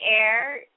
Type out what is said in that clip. air